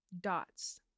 dots